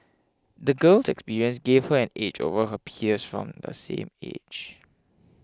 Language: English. the girl's experiences gave her an edge over her peers from the same age